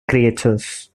creatures